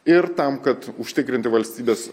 ir tam kad užtikrinti valstybės